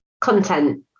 content